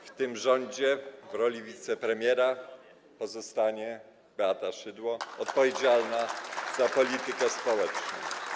W tym rządzie w roli wicepremiera pozostanie Beata Szydło, odpowiedzialna za politykę społeczną.